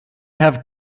have